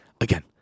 Again